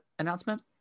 announcement